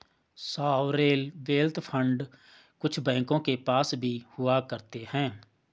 sovereign wealth fund कुछ बैंकों के पास भी हुआ करते हैं